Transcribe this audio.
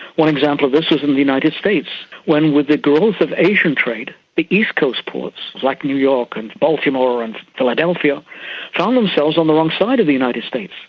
one example of this was in the united states when, with the growth of asian trade, the east coast ports like new york and baltimore and philadelphia found themselves on the wrong side of the united states.